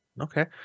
Okay